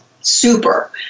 Super